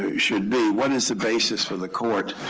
should be, what is the basis for the court